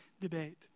debate